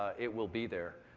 it will be there.